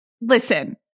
Listen